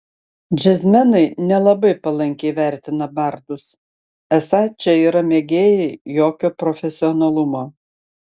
džiazmenai nelabai palankiai vertina bardus esą čia yra mėgėjai jokio profesionalumo